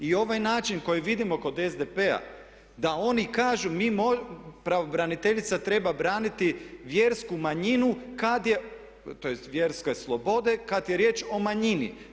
I ovaj način koji vidimo kod SDP-a je da oni kažu pravobraniteljica treba braniti vjersku manjinu kad je, tj. vjerske slobode kad je riječ o manjini.